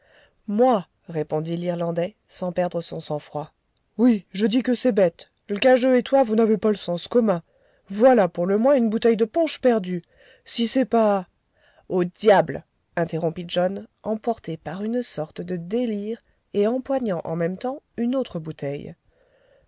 moi répondit l'irlandais sans perdre son sang-froid oui je dis que c'est bête l'cageux et toi vous n'avez pas le sens commun voilà pour le moins une bouteille de punch perdue si c'est pas au diable interrompit john emporté par une sorte de délire et empoignant en même temps une autre bouteille